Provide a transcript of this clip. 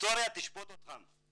ההיסטוריה תשפוט אתכם,